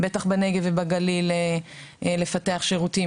בטח בנגב ובגליל לפתח שירותים.